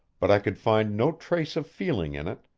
but i could find no trace of feeling in it,